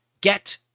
get